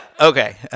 Okay